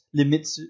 limits